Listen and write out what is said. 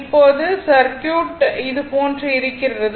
இப்போது சர்க்யூட் இது போன்று இருக்கிறது